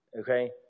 Okay